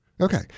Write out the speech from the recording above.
Okay